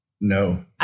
No